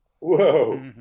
Whoa